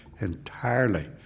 entirely